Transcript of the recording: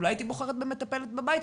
אולי הייתי בוחרת במטפלת בבית,